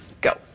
Go